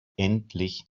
endlich